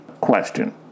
question